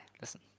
Listen